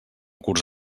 curs